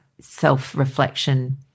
self-reflection